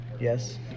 Yes